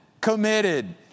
committed